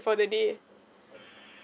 for the day